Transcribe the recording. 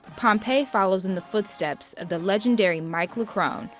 pompey follows in the footsteps of the legendary mike leckrone.